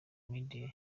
media